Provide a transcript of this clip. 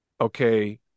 okay